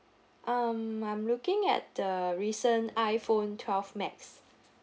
um I'm looking at the recent iphone twelve max